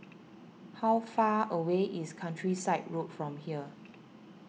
how far away is Countryside Road from here